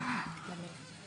האם